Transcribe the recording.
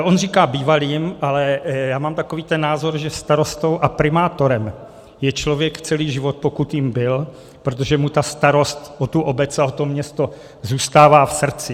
On říká bývalým, ale já mám takový ten názor, že starostou a primátorem je člověk celý život, pokud jím byl, protože mu starost o tu obec a o to město zůstává v srdci.